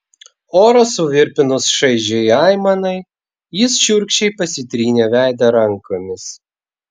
orą suvirpinus šaižiai aimanai jis šiurkščiai pasitrynė veidą rankomis